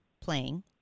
playing